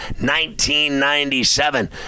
1997